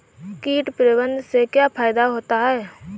कीट प्रबंधन से क्या फायदा होता है?